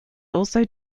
also